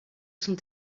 sont